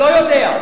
לא יודע.